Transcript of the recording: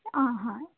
ಆಂ ಹಾಂ